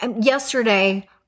Yesterday